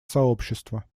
сообщества